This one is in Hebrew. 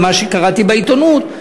לפי מה שקראתי בעיתונות,